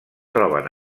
troben